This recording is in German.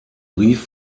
brief